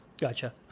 gotcha